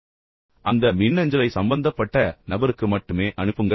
கடைசியாக அந்த மின்னஞ்சலை சம்பந்தப்பட்ட நபருக்கு மட்டுமே அனுப்புங்கள்